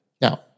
Now